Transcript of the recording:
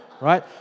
Right